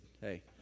hey